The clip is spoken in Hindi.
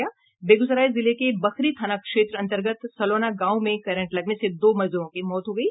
बेगूसराय जिले के बखरी थाना क्षेत्र अंतर्गत सलौना गांव में करंट लगने स दो मजदूरों की मौत हो गयी